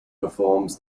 performs